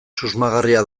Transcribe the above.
susmagarria